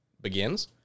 begins